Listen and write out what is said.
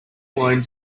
alone